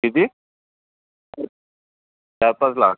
किती चार पाच लाख